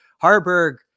Harburg